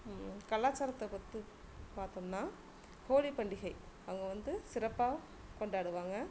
கலாச்சாரத்தை பற்றி பார்த்தோம்னா ஹோலி பண்டிகை அவங்க வந்து சிறப்பாக கொண்டாடுவாங்க